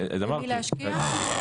במי להשקיע?